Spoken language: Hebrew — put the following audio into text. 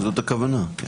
זו הכוונה.